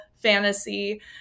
fantasy